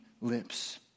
lips